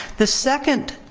the second